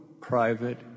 private